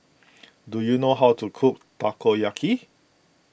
do you know how to cook Takoyaki